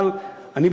אבל אני,